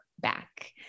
back